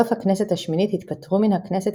בסוף הכנסת השמינית התפטרו מן הכנסת